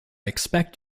expect